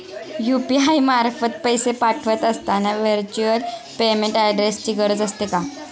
UPI मार्फत पैसे पाठवत असताना व्हर्च्युअल पेमेंट ऍड्रेसची गरज असते का?